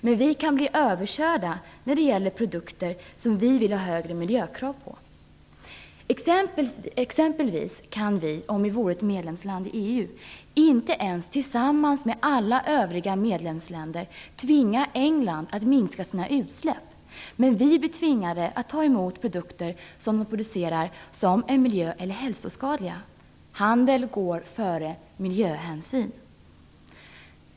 Men vi kan bli överkörda när det gäller produkter som vi vill ha högre miljökrav på. Exempelvis skulle vi, om vi vore ett medlemsland i EU, inte ens tillsammans med alla övriga medlemsländer kunna tvinga England att minska sina utsläpp. Men vi skulle bli tvingade att ta emot produkter som de producerar som är miljö eller hälsoskadliga. Handel går före miljöhänsyn.